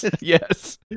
yes